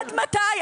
עד מתי?